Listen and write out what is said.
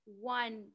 one